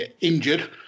injured